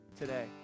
today